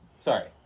sorry